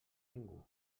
ningú